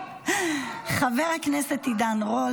חבר הכנסת עידן רול,